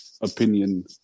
opinion